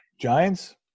Giants